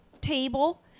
table